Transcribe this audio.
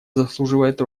заслуживает